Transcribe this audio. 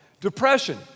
Depression